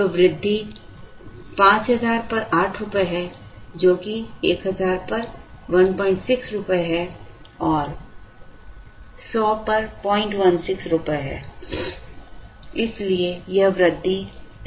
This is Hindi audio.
तो वृद्धि 5000 पर 8 रुपये है जो कि 1000 पर 16 रुपये और 100 पर 016 रुपये है इसलिए यह 016 वृद्धि है